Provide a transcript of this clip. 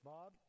Bob